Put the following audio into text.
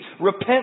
repent